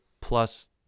plus